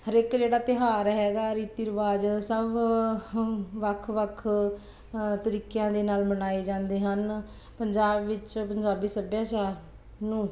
ਹਰ ਇੱਕ ਜਿਹੜਾ ਤਿਉਹਾਰ ਹੈਗਾ ਰੀਤੀ ਰਿਵਾਜ਼ ਸਭ ਵੱਖ ਵੱਖ ਤਰੀਕਿਆਂ ਦੇ ਨਾਲ ਮਨਾਏ ਜਾਂਦੇ ਹਨ ਪੰਜਾਬ ਵਿੱਚ ਪੰਜਾਬੀ ਸੱਭਿਆਚਾਰ ਨੂੰ